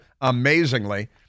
amazingly